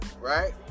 right